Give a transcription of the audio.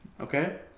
Okay